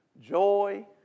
Joy